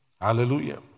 Hallelujah